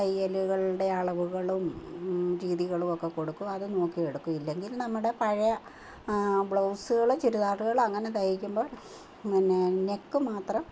തയ്യലുകളുടെ അളവുകളും രീതികളുമൊക്കെ കൊടുക്കും അതു നോക്കിയെടുക്കും ഇല്ലെങ്കിൽ നമ്മുടെ പഴയ ബ്ലൗസുകൾ ചുരിദാറുകൾ അങ്ങനെ തൈക്കുമ്പോൾ പിന്നെ നെക്കു മാത്രം